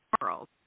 world